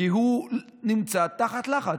כי הוא נמצא תחת לחץ.